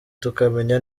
tukamenya